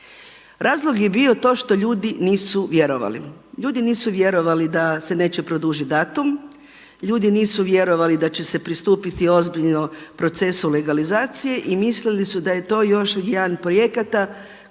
Razlog je bio to što ljudi nisu vjerovali. Ljudi nisu vjerovali da se neće produžiti datum, ljudi nisu vjerovali da će se pristupiti ozbiljno procesu legalizacije i mislili su da je to još jedan od projekata